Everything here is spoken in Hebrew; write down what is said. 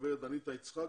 גברת אניטה יצחק,